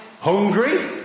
hungry